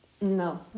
no